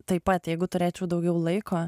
taip pat jeigu turėčiau daugiau laiko